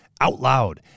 OutLoud